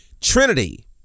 Trinity